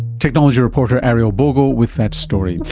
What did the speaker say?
technology reporter ariel bogle with that story.